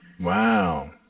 Wow